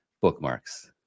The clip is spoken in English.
bookmarks